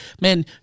man